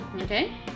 Okay